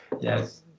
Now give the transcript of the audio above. Yes